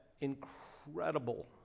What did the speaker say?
incredible